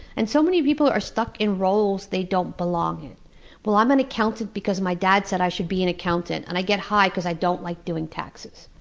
and so many people are stuck in roles they don't belong in well, i'm an accountant because my dad said i should be an accountant, and i get high because i don't like doing taxes.